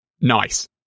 nice